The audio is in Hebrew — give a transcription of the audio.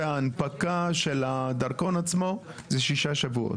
וההנפקה של הדרכון עצמו זה שישה שבועות.